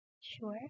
Sure